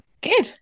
good